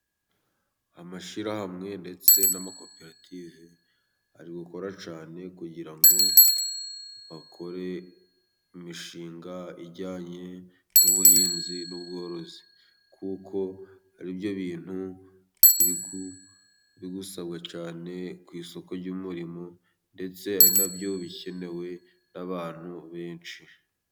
Amashyirahamwe ndetse n'amakoperative ari gukora cyane, kugira ngo akore imishinga ijyanye n'ubuhinzi n'ubworozi, kuko ari byo bintu biri gusabwa cyane ku isoko ry'umurimo, ndetse ari na byo bikenewe n'abantu benshi.